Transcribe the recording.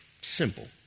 Simple